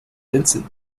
vincent